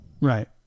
Right